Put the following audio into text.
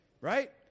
right